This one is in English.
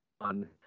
on